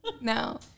No